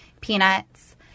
peanuts